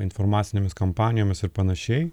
informacinėmis kampanijomis ir panašiai